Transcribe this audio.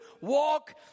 walk